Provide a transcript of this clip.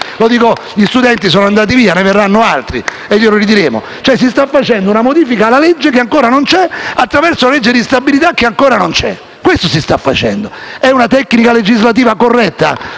Stefani).* Gli studenti sono andati via, ma ne verranno altri e glielo ridiremo: si sta facendo una modifica alla legge di bilancio che ancora non c'è attraverso la legge di bilancio che ancora non c'è. Questo si sta facendo. È una tecnica legislativa corretta?